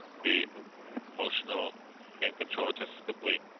the motional hand control test is complete.